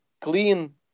clean